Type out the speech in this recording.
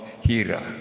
Hira